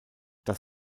das